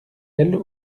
elles